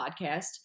podcast